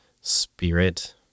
spirit